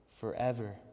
forever